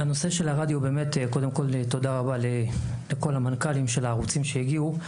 הנושא של הרדיו באמת קודם כל תודה לכל המנכ"לים של הערוצים שהגיעו.